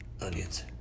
onions